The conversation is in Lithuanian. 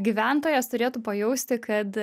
gyventojas turėtų pajausti kad